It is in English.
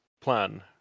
plan